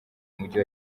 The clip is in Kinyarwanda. mujyi